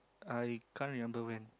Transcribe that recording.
I can't remember when